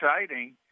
exciting